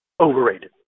Overrated